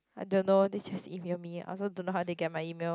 I don't know they just email me I also don't know how they get my email